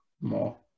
more